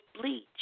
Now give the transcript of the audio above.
bleach